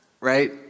Right